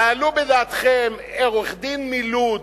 תעלו בדעתכם, עורך-דין מלוד,